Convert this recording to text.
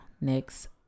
next